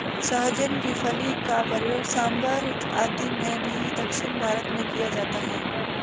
सहजन की फली का प्रयोग सांभर आदि में भी दक्षिण भारत में किया जाता है